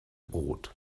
brot